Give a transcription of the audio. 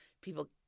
people